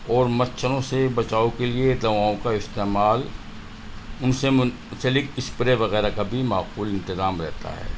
اور مچھروں سے بچاؤ کے لیے دواؤں کا استعمال ان سے منسلک اسپرے وغیرہ کا بھی معقول انتظام رہتا ہے